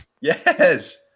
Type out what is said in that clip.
yes